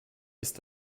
ist